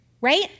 right